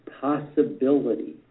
possibility